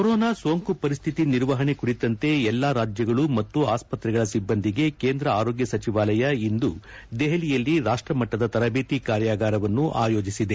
corona ಸೋಂಕು ಪರಿಸ್ವಿತಿ ನಿರ್ವಹಣೆ ಕುರಿತಂತೆ ಎಲ್ಲಾ ರಾಜ್ಯಗಳು ಮತ್ತು ಆಸ್ಪತ್ತೆಗಳ ಸಿಬ್ಬಂದಿಗೆ ಕೇಂದ್ರ ಆರೋಗ್ಯ ಸಚಿವಾಲಯ ಇಂದು ದೆಹಲಿಯಲ್ಲಿ ರಾಷ್ಷಿಮಟ್ಟದ ತರಬೇತಿ ಕಾರ್ಯಾಗಾರವನ್ನು ಆಯೋಜಿಸಿದೆ